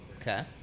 Okay